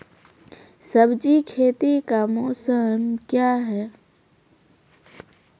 सब्जी खेती का मौसम क्या हैं?